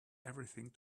everything